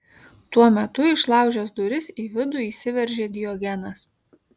tuo metu išlaužęs duris į vidų įsiveržė diogenas